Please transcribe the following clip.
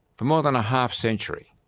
for more than a half century,